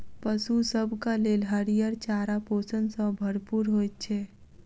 पशु सभक लेल हरियर चारा पोषण सॅ भरपूर होइत छै